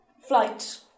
flight